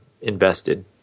invested